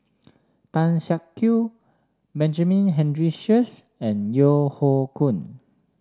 Tan Siak Kew Benjamin Henry Sheares and Yeo Hoe Koon